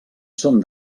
són